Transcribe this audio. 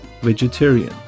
vegetarian